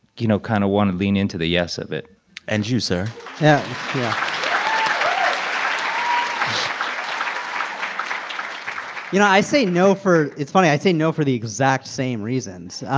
you know, kind of want to lean into the yes of it and you, sir yeah, yeah um you know, i say no for it's funny i say no for the exact same reasons.